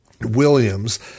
Williams